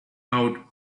out